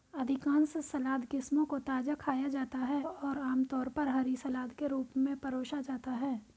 अधिकांश सलाद किस्मों को ताजा खाया जाता है और आमतौर पर हरी सलाद के रूप में परोसा जाता है